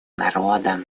народом